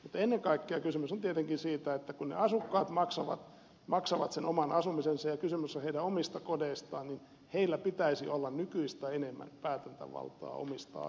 mutta ennen kaikkea kysymys on tietenkin siitä että kun ne asukkaat maksavat sen oman asumisensa ja kysymys on heidän omista kodeistaan niin heillä pitäisi olla nykyistä enemmän päätäntävaltaa omistaa